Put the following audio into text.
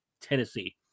Tennessee